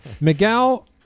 Miguel